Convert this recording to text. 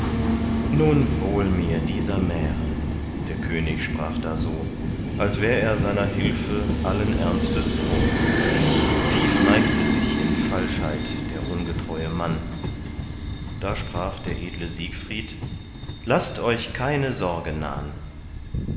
nun wohl mir dieser märe der könig sprach da so als wär er seiner hilfe allen ernstes froh tief neigte sich in falschheit der ungetreue mann da sprach der edle siegfried laßt euch keine sorge nahn